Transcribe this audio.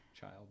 child